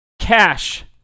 Cash